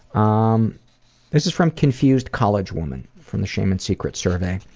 um this is from confused college woman, from the shame and secrets survey.